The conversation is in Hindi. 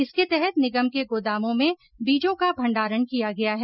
इसके तहत निगम के गोदामों में बीजों का भण्डारण किया गया है